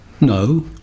No